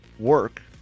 work